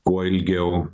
kuo ilgiau